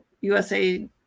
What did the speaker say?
USA